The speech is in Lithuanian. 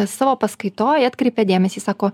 savo paskaitoj atkreipė dėmesį sako